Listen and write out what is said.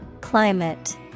Climate